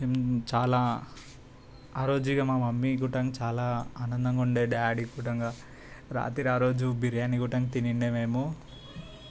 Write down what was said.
చాలా ఆరోజు ఇగ మా మమ్మీ గుట్టంగా చాలా ఆనందంగా ఉండే డాడీ గుట్టంగా రాత్రి ఆరోజు బిర్యానీ గుట్టంగా తినుండే మేము